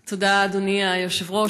תודה, אדוני היושב-ראש.